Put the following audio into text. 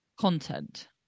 content